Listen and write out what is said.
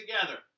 together